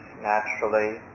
naturally